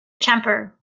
temper